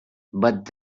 but